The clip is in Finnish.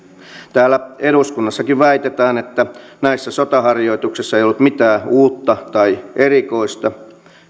täällä eduskunnassakin väitetään että näissä sotaharjoituksissa ei ollut mitään uutta tai erikoista